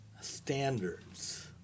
standards